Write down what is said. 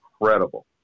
incredible